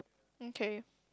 okay